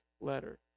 letter